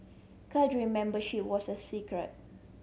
cadre membership was a secret